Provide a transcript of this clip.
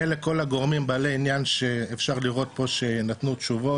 אלה כל הגורמים בעלי עניין שאפשר לראות פה שנתנו תשובות,